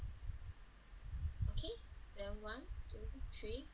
okay then one two three